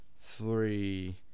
three